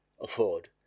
afford